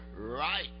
right